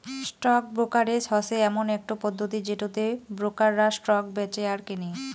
stock brokerage হসে এমন একটো পদ্ধতি যেটোতে ব্রোকাররা স্টক বেঁচে আর কেনে